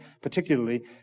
particularly